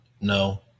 No